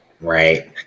Right